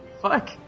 Fuck